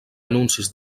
anuncis